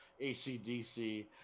ACDC